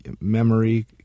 memory